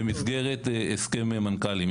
במסגרת הסכם מנכ"לים.